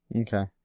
Okay